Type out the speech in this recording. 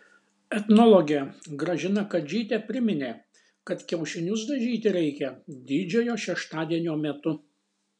etnologė gražina kadžytė priminė kad kiaušinius dažyti reikia didžiojo šeštadienio metu